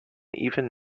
even